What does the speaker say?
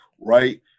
right